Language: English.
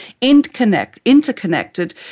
interconnected